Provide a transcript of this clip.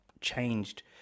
changed